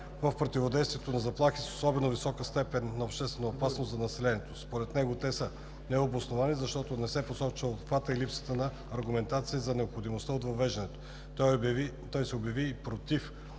в противодействието на заплахи с особено висока степен на обществена опасност за населението. Според него те са необосновани, защото не се посочва обхватът и липсва аргументация за необходимостта от въвеждането. Той се обяви и против